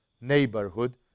neighborhood